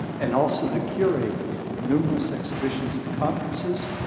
and also the curator of numerous exhibitions and conferences,